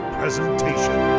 presentation